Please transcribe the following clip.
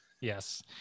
Yes